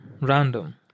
random